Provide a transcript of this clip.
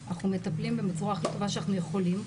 אנחנו מטפלים בהם בצורה הכי טובה שאנחנו יכולים.